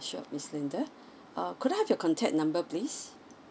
sure miss linda uh could I have your contact number please